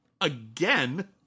again